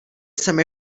jsem